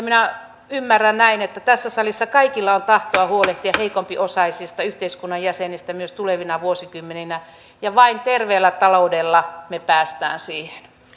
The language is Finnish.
minä ymmärrän näin että tässä salissa kaikilla on tahtoa huolehtia heikompiosaisista yhteiskunnan jäsenistä myös tulevina vuosikymmeninä ja vain terveellä taloudella me pääsemme siihen